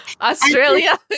Australia